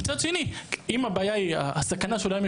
ומצד שני אם הבעיה היא הסכנה שאולי הם